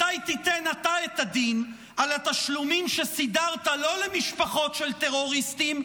מתי תיתן אתה את הדין על התשלומים שסידרת לא למשפחות של הטרוריסטים,